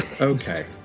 okay